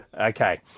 Okay